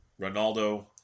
Ronaldo